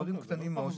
דברים קטנים מאוד.